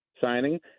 signing